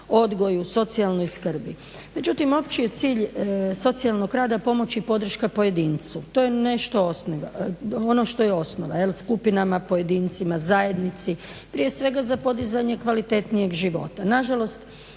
odgoju, socijalnoj skrbi. Međutim, opći je cilj socijalnog rada pomoć podrške pojedincu. To je nešto ono što je osnova jel' skupinama, pojedincima, zajednici prije svega za podizanje kvalitetnijeg života.